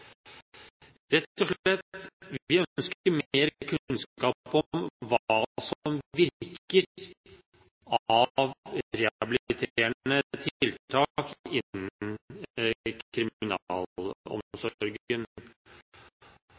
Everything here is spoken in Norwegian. Rett og slett: Vi ønsker mer kunnskap om hva som virker av rehabiliterende tiltak innen